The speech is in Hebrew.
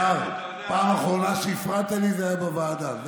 אבידר, פעם אחרונה שהפרעת לי זה היה בוועדה.